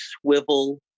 swivel